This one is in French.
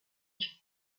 dit